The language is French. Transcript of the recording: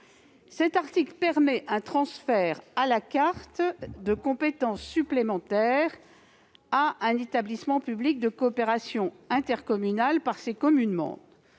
Cet article permet un transfert « à la carte » de compétences supplémentaires à un établissement public de coopération intercommunale par les communes